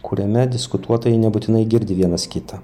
kuriame diskutuotojai nebūtinai girdi vienas kitą